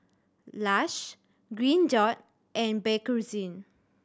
Lush Green Dot and Bakerzin